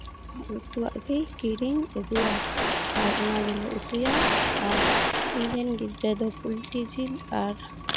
ᱩᱛᱩᱣᱟᱜ ᱜᱮ ᱠᱤᱨᱤᱧ ᱟᱹᱜᱩᱭᱟ ᱟᱨ ᱚᱱᱟ ᱜᱮᱞᱮ ᱩᱛᱩᱭᱟ ᱟᱨ ᱤᱧᱨᱮᱱ ᱜᱤᱫᱽᱨᱟᱹ ᱫᱚ ᱯᱳᱞᱴᱤ ᱡᱤᱞ ᱟᱨ